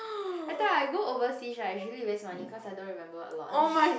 I thought I go overseas right usually waste money cause I don't remember a lot